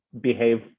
behave